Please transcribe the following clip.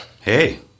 Hey